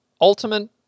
Ultimate